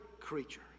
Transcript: creature